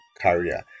career